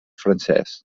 francés